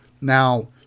Now